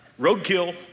Roadkill